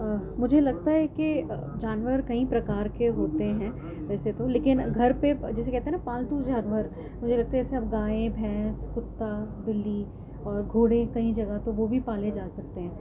مجھے لگتا ہے کہ جانور کئی پرکار کے ہوتے ہیں ویسے تو لیکن گھر پہ جیسے کہتے ہیں نا پالتو جانور مجھے لگتا ہے یہ سب گائیں بھینس کتا بلی اور گھوڑے کئی جگہ تو وہ بھی پالے جا سکتے ہیں